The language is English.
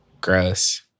Gross